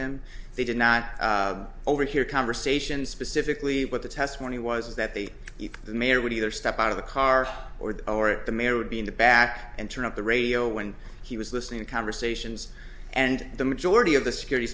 him they did not overhear conversations specifically what the testimony was that they if the mayor would either step out of the car or the oric the mayor would be in the back and turn up the radio when he was listening to conversations and the majority of the security